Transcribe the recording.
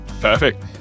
perfect